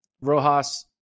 Rojas